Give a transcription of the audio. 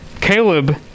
Caleb